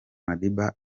madiba